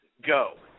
go